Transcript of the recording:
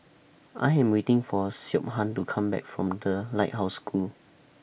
I Am waiting For Siobhan to Come Back from The Lighthouse School